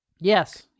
yes